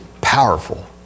powerful